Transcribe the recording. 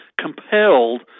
compelled